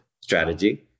strategy